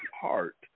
heart